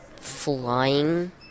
flying